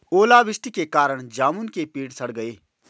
ओला वृष्टि के कारण जामुन के पेड़ सड़ गए